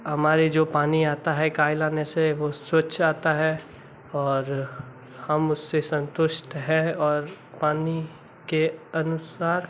हमारे जो पानी आता है काइलाने से वह स्वच्छ आता है और हम उससे संतुष्ट है और पानी के अनुसार